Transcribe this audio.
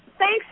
Thanks